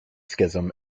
schism